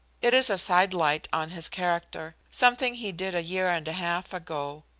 it is a side-light on his character something he did a year and a half ago.